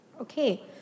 Okay